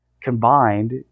combined